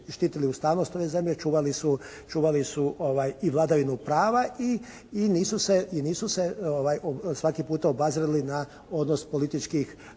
štitili ustavnost ove zemlje, čuvali su i vladavinu prava i nisu se svaki puta obazirali na odnos političkih,